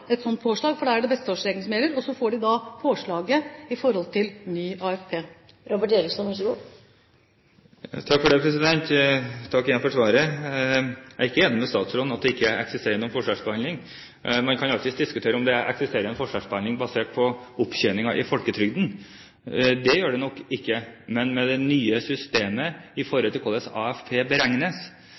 et sånt påslag, for da er det besteårsregelen som gjelder, og så får de påslaget i forhold til ny AFP. Jeg takker igjen for svaret. Jeg er ikke enig med statsråden i at det ikke eksisterer noen forskjellsbehandling. Man kan alltids diskutere om det eksisterer en forskjellsbehandling basert på opptjeningen i folketrygden. Det gjør det nok ikke. Men med det nye systemet for hvordan AFP beregnes,